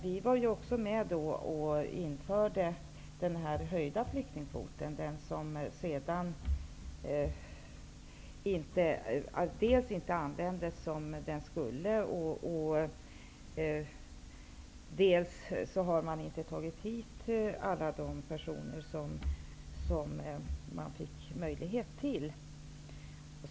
Vi var också med och införde den höjda flyktingkvoten, dvs. den som sedan inte användes som den skulle. Man har inte tagit hit alla de personer som man fick möjlighet till.